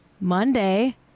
Monday